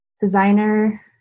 designer